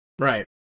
Right